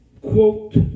quote